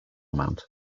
amount